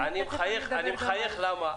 גבירתי, אני מחייך, למה?